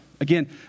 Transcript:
Again